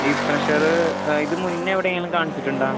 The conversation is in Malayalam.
ഈ പ്രഷറ് ഇത് മുന്നേ എവിടെയെങ്കിലും കാണിച്ചിട്ടുണ്ടോ